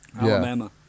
Alabama